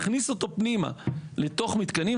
מכניס אותו פנימה לתוך מתקנים,